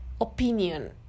opinion